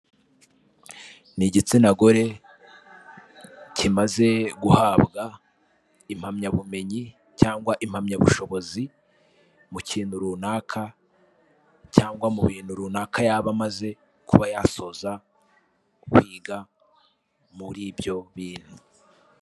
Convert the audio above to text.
Ni igitsina gore kimaze guhabwa impamyabumenyi cyangwa impamyabushobozi, mu kintu runaka cyangwa mu bintu runaka yaba amaze kuba yasoza kwiga muri ibyo bintu.